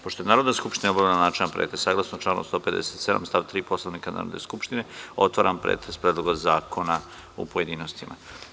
Pošto je Narodna skupština obavila načelan pretres, saglasno članu 157. stav 3. Poslovnika Narodne skupštine, otvaram pretres Predloga zakona u pojedinostima.